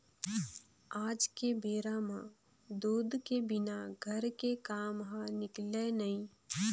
आज के बेरा म दूद के बिना घर के काम ह निकलय नइ